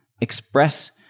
express